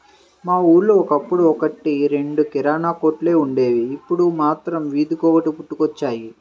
మా ఊళ్ళో ఒకప్పుడు ఒక్కటి రెండు కిరాణా కొట్లే వుండేవి, ఇప్పుడు మాత్రం వీధికొకటి పుట్టుకొచ్చాయి